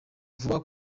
vuba